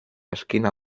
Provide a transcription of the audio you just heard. esquina